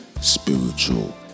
spiritual